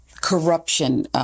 Corruption